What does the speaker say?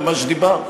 מה עם לעלות להר-הבית?